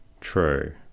True